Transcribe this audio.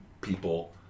people